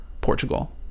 Portugal